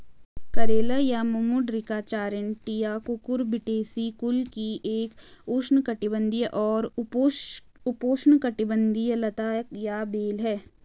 करेला या Momordica charantia Cucurbitaceae कुल की एक उष्णकटिबंधीय और उपोष्णकटिबंधीय लता या बेल है